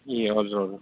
ए हजुर हजुर